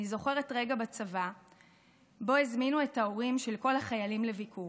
אני זוכרת רגע בצבא שבו הזמינו את ההורים של כל החיילים לביקור.